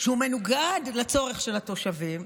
שהוא מנוגד לצורך של התושבים,